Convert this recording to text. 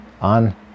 on